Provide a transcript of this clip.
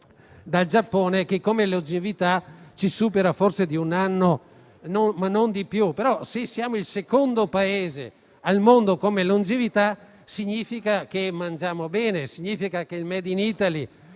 dal Giappone che, come longevità, ci supera forse di un anno, e non di più. Se siamo il secondo Paese al mondo per longevità, significa che mangiamo bene, che il *made in Italy*